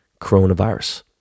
Coronavirus